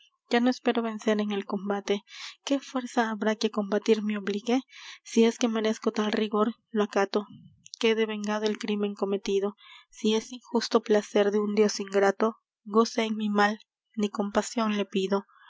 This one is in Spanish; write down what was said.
ya no espero vencer en el combate qué fuerza habrá que á combatir me obligue si es que merezco tal rigor lo acato quede vengado el crímen cometido si es injusto placer de un dios ingrato goce en mi mal ni compasion le pido yo